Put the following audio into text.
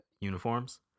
uniforms